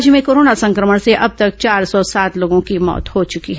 राज्य में कोरोना संक्रमण से अब तक चार सौ सात लोगों की मौत हो चुकी है